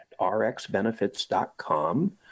rxbenefits.com